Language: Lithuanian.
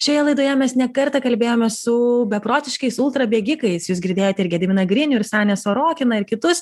šioje laidoje mes ne kartą kalbėjomės su beprotiškais ultra bėgikais jūs girdėjote ir gediminą grinių ir sanią sorokiną ir kitus